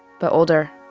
but older